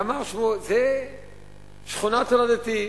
ואמר: זה שכונת הולדתי,